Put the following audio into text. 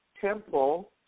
temple